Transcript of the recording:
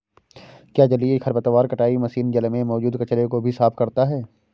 क्या जलीय खरपतवार कटाई मशीन जल में मौजूद कचरे को भी साफ करता है?